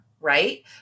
right